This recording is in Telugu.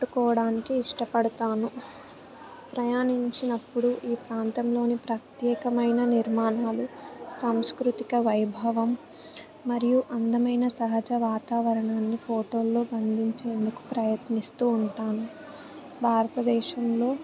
పెట్టుకోవడానికి ఇష్టపడతాను ప్రయాణించినప్పుడు ఈ ప్రాంతంలోని ప్రత్యేకమైన నిర్మాణాలు సంస్కృతిక వైభవం మరియు అందమైన సహజ వాతావరణాన్ని ఫోటోల్లో బంధించేందుకు ప్రయత్నిస్తూ ఉంటాను భారతదేశంలో